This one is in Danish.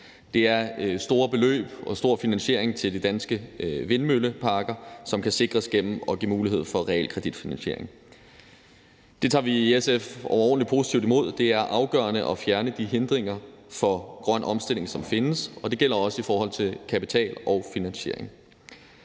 Det er store beløb til og en stor finansiering af de danske vindmølleparker, som kan sikres ved at give mulighed for realkreditfinansiering. Det tager vi i SF overordentlig positivt imod. Det er afgørende at fjerne de hindringer for grøn omstilling, som findes, og det gælder også i forhold til kapital og finansiering.